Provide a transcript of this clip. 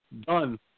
done